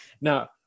now